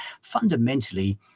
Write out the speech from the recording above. fundamentally